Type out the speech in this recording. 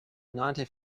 ninety